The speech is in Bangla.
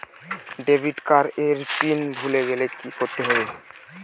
ডেবিট কার্ড এর পিন ভুলে গেলে কি করতে হবে?